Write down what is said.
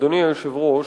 אדוני היושב-ראש,